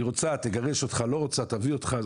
היא רוצה תגרש אותך, לא רוצה תביא אותך.